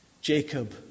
Jacob